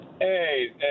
hey